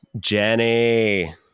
Jenny